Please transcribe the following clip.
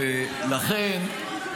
ולכן,